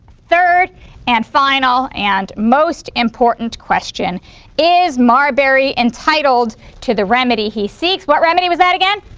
third and final and most important question is marbury entitled to the remedy he seeks what remedy was that again?